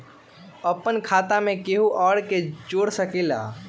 अपन खाता मे केहु आर के जोड़ सके ला?